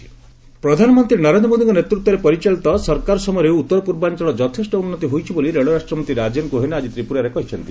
NER Rajen Gohain ପ୍ରଧାନମନ୍ତ୍ରୀ ନରେନ୍ଦ୍ର ମୋଦିଙ୍କ ନେତୃତ୍ୱରେ ପରିଚାଳିତ ସରକାର ସମୟରେ ଉତ୍ତର ପୂର୍ବାଞ୍ଚଳର ଯଥେଷ୍ଟ ଉନ୍ନତି ହୋଇଛି ବୋଲି ରେଳରାଷ୍ଟ୍ରମନ୍ତ୍ରୀ ରାଜେନ ଗୋହେନ୍ ଆଜି ତ୍ରିପୁରାରେ କହିଛନ୍ତି